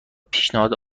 پیشنهاد